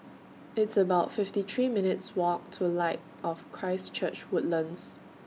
It's about fifty three minutes' Walk to Light of Christ Church Woodlands